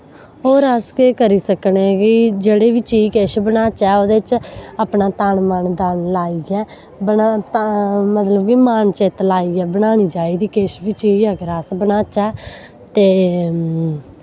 होर अस केह् करी सकने कि जेह्ड़ी बी चीज किश बनाचै ओह्दे च अपना तन मन धन लाइयै बन तां कि मतलब कि मन चित लाइयै बनानी चाहिदी किश बी चीज अगर अस बनाचै ते